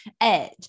edge